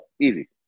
easy